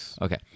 Okay